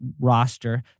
roster